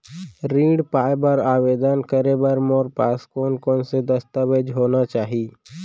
ऋण पाय बर आवेदन करे बर मोर पास कोन कोन से दस्तावेज होना चाही?